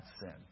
sin